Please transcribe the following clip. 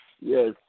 yes